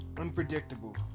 unpredictable